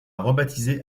rebaptisée